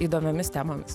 įdomiomis temomis